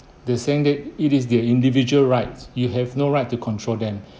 they saying that it is their individual right you have no right to control them